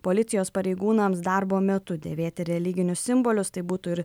policijos pareigūnams darbo metu dėvėti religinius simbolius tai būtų ir